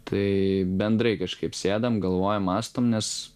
tai bendrai kažkaip sėdam galvojam mąstom nes